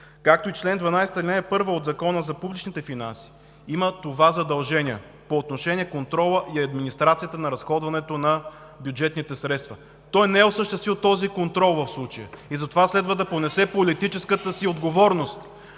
както и чл. 12, ал. 1 от Закона за публичните финанси, има това задължение по отношение контрола и администрацията на разходването на бюджетните средства. Той не е осъществил този контрол в случая и затова следва да понесе политическата си отговорност.